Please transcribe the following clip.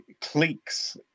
cliques